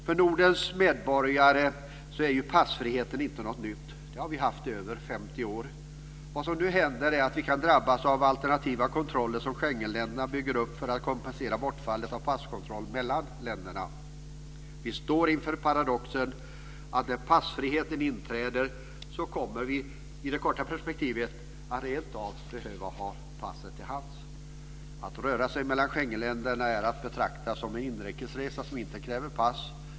För Nordens medborgare är passfriheten inte något nytt. Den har vi haft i över 50 år. Vad som nu händer är att vi kan drabbas av alternativa kontroller som Schengenländerna bygger upp för att kompensera bortfallet av passkontroll mellan länderna. Vi står inför paradoxen att när passfriheten inträder kommer vi i det korta perspektivet att rentav behöva ha passet till hands. Att röra sig mellan Schengenländerna är att betrakta som inrikesresa som inte kräver pass.